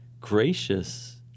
gracious